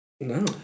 No